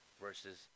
versus